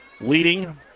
leading